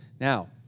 Now